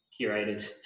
curated